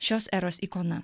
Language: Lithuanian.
šios eros ikona